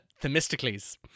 Themistocles